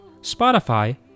Spotify